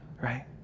right